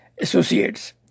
associates